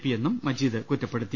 P യെന്നും മജീദ് കുറ്റപ്പെടുത്തി